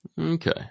Okay